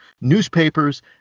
newspapers